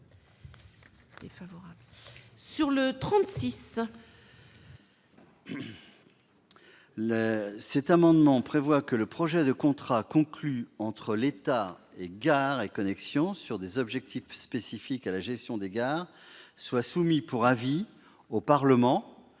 n° 36 tend à ce que le projet de contrat conclu entre l'État et Gares & Connexions sur des objectifs spécifiques à la gestion des gares soit soumis pour avis au Parlement